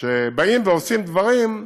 כשעושים דברים,